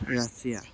Russia